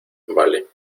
vale